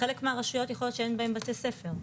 בחלק מהרשויות יכול להיות שאין בתי ספר.